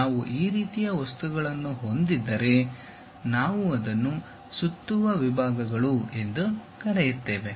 ನಾವು ಆ ರೀತಿಯ ವಸ್ತುಗಳನ್ನು ಹೊಂದಿದ್ದರೆ ನಾವು ಅದನ್ನು ಸುತ್ತುವ ವಿಭಾಗಗಳು ಎಂದು ಕರೆಯುತ್ತೇವೆ